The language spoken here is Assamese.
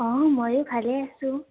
অঁ ময়ো ভালেই আছোঁ